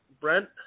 Brent